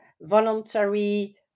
voluntary